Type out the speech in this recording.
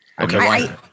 Okay